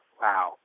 wow